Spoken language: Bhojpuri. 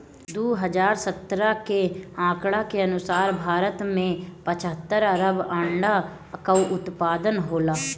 दू हज़ार सत्रह के आंकड़ा के अनुसार भारत में पचहत्तर अरब अंडा कअ उत्पादन होला